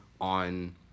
on